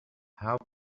how